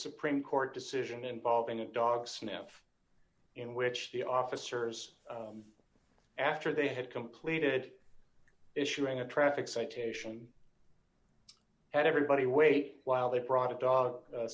supreme court decision involving a dog sniff in which the officers after they had completed issuing a traffic citation had everybody wait while they brought a dog